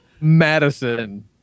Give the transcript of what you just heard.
Madison